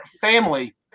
family